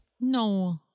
No